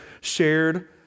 shared